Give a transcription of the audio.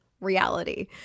reality